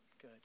Good